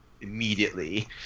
immediately